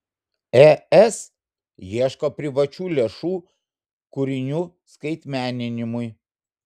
es ieško privačių lėšų kūrinių skaitmeninimui